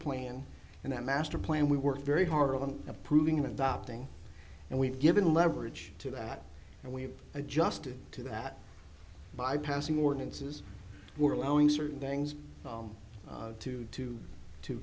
plan and a master plan we work very hard on approving adopting and we've given leverage to that and we've adjusted to that by passing ordinances we're allowing certain things to to to